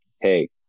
hey